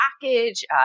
package